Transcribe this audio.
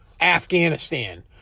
Afghanistan